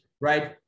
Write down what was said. right